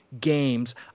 games